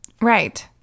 Right